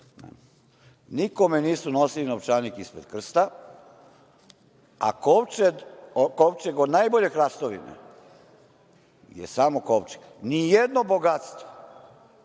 Nikome nisu nosili novčanik ispred krsta, a kovčeg od najbolje hrastovine je samo kovčeg, nijedno bogatstvo